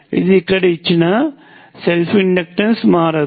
ఇది ఇక్కడ ఇచ్చిన సెల్ఫ్ ఇండక్టెన్స్ మారదు